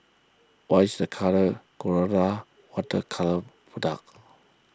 what is the colour Colora Water Colours product